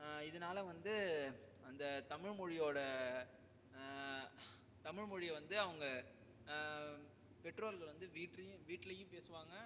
இதனால வந்து அந்த தமிழ் மொழியோட தமிழ் மொழியை வந்து அவங்க பெற்றோர்கள் வந்து வீட்லேயும் வீட்லேயும் பேசுவாங்க